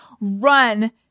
run